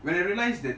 when I realise that